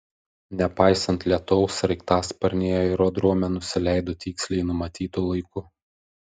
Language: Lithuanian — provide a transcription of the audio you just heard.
nepaisant lietaus sraigtasparniai aerodrome nusileido tiksliai numatytu laiku